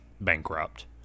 bankrupt